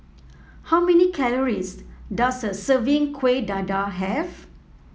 how many calories does a serving Kuih Dadar have